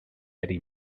eddie